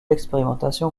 expérimentation